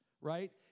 right